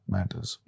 Matters